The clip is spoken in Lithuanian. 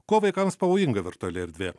kuo vaikams pavojinga virtuali erdvė